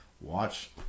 watch